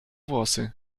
włosy